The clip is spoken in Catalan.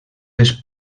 les